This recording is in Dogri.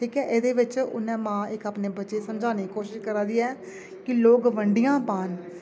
ठीक ऐ एह्दे बिच्च उन्नै इक मां अपने बच्चे गी समझाने दी कोशश करा दी ऐ कि लोक मंडियां पौह्न